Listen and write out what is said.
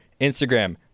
Instagram